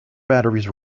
batteries